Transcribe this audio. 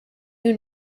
you